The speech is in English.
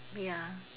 ya